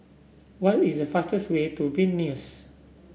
what is the fastest way to Vilnius